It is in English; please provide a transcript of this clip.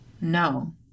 No